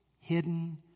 hidden